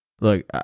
Look